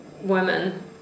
women